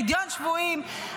פדיון שבויים,